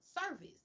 service